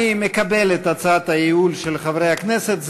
אני מקבל את הצעת הייעול של חברי הכנסת.